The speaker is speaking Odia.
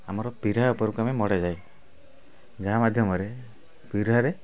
ଆମର ପିଢ଼ା ଉପରକୁ ଆମେ ମଡ଼ାଯାଏ ଏହା ମାଧ୍ୟମରେ ପିଢ଼ାରେ